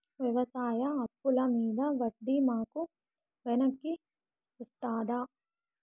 వ్యవసాయ అప్పుల మీద వడ్డీ మాకు వెనక్కి వస్తదా?